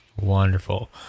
Wonderful